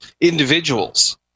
individuals